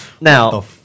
Now